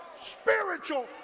spiritual